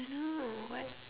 know what